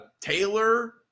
Taylor